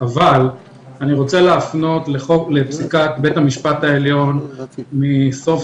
אבל אני רוצה להפנות לפסיקת בית המשפט העליון מסוף